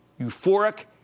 euphoric